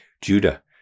Judah